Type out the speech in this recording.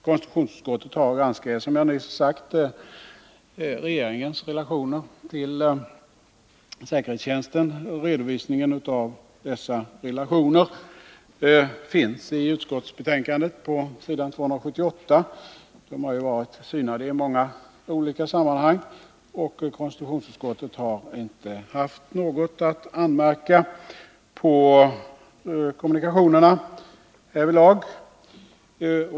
Konstitutionsutskottet har, som jag nyss sade, att granska regeringens relationer till säkerhetstjänsten. Redovisningen av dessa relationer finns i betänkandet på s. 278. De har synats i många olika sammanhang, och konstitutionsutskottet har inte haft något att anmärka på kommunikationerna härvidlag.